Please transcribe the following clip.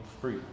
free